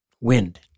Wind